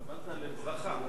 התכוונת לברכה.